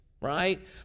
Right